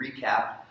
recap